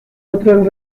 otras